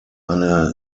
eine